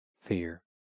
fear